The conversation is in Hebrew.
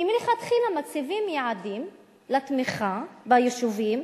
כי מלכתחילה מציבים יעדים לתמיכה ביישובים,